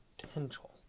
potential